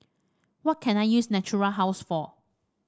what can I use Natura House for